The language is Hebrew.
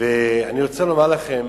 אני רוצה לומר לכם: